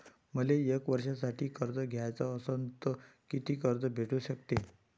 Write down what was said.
मले एक वर्षासाठी कर्ज घ्याचं असनं त कितीक कर्ज भेटू शकते?